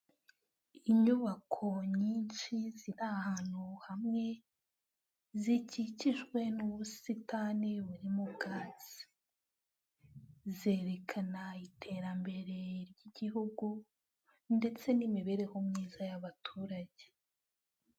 Inyubako nyinshi ziri ahantu hamwe, zikikijwe n'ubusitani burimo ubwatsi, zerekana iterambere ry'igihugu, ndetse n'imibereho myiza y'abaturage.